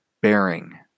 bearing